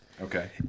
Okay